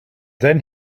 then